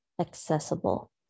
accessible